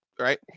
right